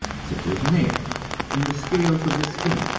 such as nails and the scales of the skin,